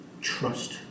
trust